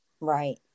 right